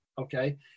Okay